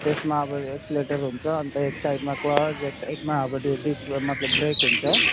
त्यसमा अब एक्सिलेटर हुन्छ अनि त एक साइडमा क्लच एक साइडमा मतलब ब्रेक हुन्छ